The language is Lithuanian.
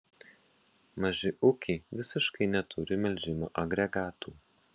maži ūkiai visiškai neturi melžimo agregatų